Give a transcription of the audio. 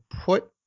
put